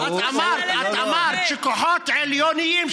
את אמרת שכוחות עליונים,